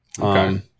Okay